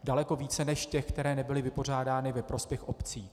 Daleko více než těch, které nebyly vypořádány ve prospěch obcí.